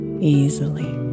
easily